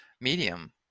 medium